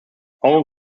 owen